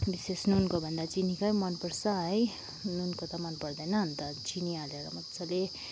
विशेष नुनकोभन्दा चिनीकै मन पर्छ है नुनको त मन पर्दैन अन्त चिनी हालेर मज्जाले